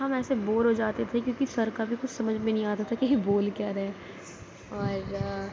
ہم ایسے بور ہو جاتے تھے کیوںکہ سر کا بھی کچھ سمجھ میں نہیں آتا تھا کہ یہ بول کیا رہے ہیں اور